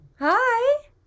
Hi